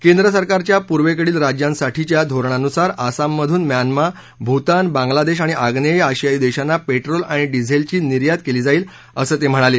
केंद्रसरकारच्या पूर्वेकडील राज्यांसाठीच्या धोरणानुसार आसाममधून म्यानमा भूतान बांगलादेश आणि आम्नेय आशियाई देशांना पेट्रोल आणि डिझेलची निर्यात केली जाईल असं ते म्हणाले